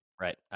Right